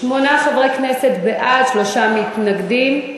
שמונה חברי כנסת בעד, שלושה מתנגדים.